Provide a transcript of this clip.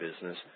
business